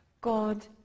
God